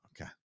Okay